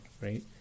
right